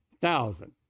thousand